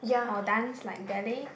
or dance like ballet